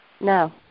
No